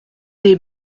des